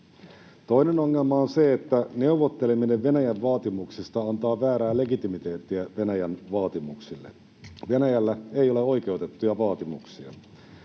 Toinen ongelma on se, että neuvotteleminen Venäjän vaatimuksista antaa väärää legitimiteettiä Venäjän vaatimuksille. Venäjällä ei ole oikeutettuja vaatimuksia.